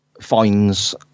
finds